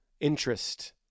interest